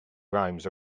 rhymes